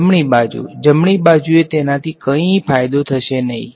જમણી બાજુ જમણી બાજુએ તેનાથી વધુ કંઈ ફાયદો થશે નહીં